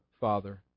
Father